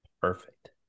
perfect